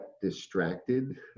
distracted